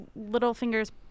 Littlefinger's